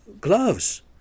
gloves